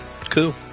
Cool